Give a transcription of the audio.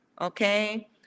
okay